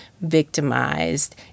victimized